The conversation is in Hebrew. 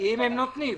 הם נותנים.